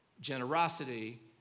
Generosity